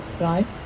right